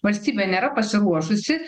valstybė nėra pasiruošusi